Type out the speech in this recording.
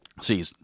See